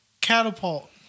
catapult